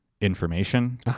information